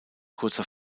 kurzer